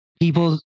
people